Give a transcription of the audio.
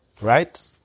right